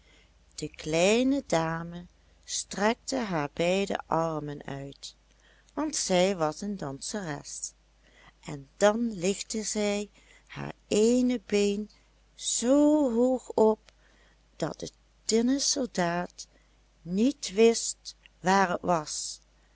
de kleine dame strekte haar beide armen uit want zij was een danseres en dan lichtte zij haar eene been zoo hoog op dat de tinnen soldaat niet wist waar het was